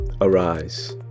Arise